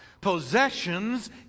Possessions